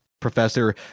professor